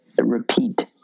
repeat